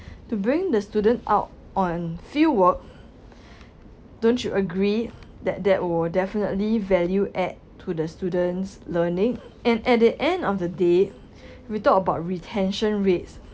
to bring the students out on fieldwork don't you agree that that will definitely value add to the students' learning and at the end of the day we talked about retention rates